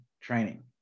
training